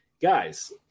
Guys